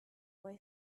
boy